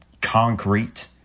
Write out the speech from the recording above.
concrete